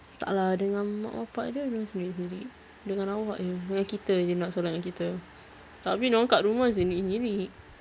tak lah dengan mak bapa dia dorang sendiri-sendiri dengan awak jer dengan kita jer nak solat dengan kita tapi dorang kat rumah sendiri-sendiri